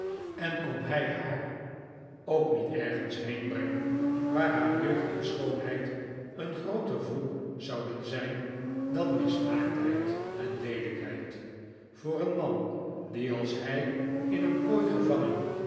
en kon hij haar ook niet ergens heenbrengen waar haar jeugd en schoonheid een grooter vloek zouden zijn dan mismaaktheid en leelijkheid voor een man die als hij in een kooi gevangen